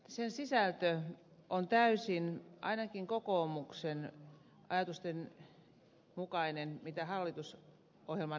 sen sisältö on täysin ainakin kokoomuksen ajatusten mukainen mitä hallitusohjelman henkeen tulee